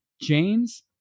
James